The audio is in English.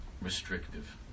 restrictive